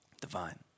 divine